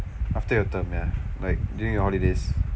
after your term yah like during the holidays